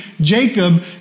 Jacob